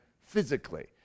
physically